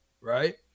right